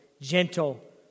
gentle